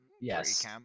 Yes